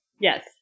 Yes